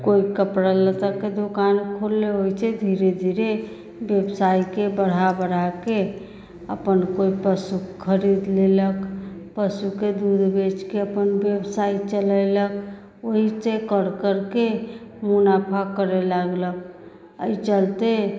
केओ कपड़ा लत्ताके दोकान खोलले होइत छै धीरे धीरे व्यवसायके बढ़ाए बढ़ाएके अपन केओ पशु खरीद लेलक पशुके दूध बेचके अपन व्यवसाय चलैलक ओहि से कर करके मुनाफा करै लागलक एहि चलते